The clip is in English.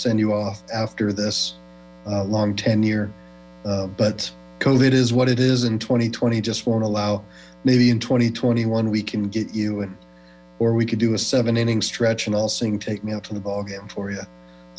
send you off after this long tenure but it is what it is and twenty twenty just won't allow maybe in twenty twenty one we can get you or we could do a seven inning stretch and all singing take me out to the ballgame for you